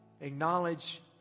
acknowledge